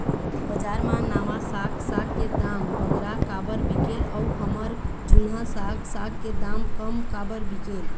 बजार मा नावा साग साग के दाम बगरा काबर बिकेल अऊ हमर जूना साग साग के दाम कम काबर बिकेल?